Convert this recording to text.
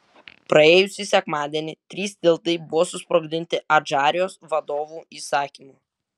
praėjusį sekmadienį trys tiltai buvo susprogdinti adžarijos vadovų įsakymu